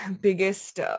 biggest